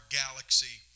galaxy